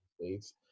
states